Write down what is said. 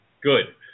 Good